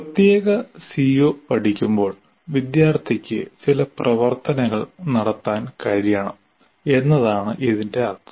പ്രത്യേക സിഒ പഠിക്കുമ്പോൾ വിദ്യാർത്ഥിക്ക് ചില പ്രവർത്തനങ്ങൾ നടത്താൻ കഴിയണം എന്നാണ് ഇതിനർത്ഥം